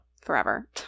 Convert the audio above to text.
Forever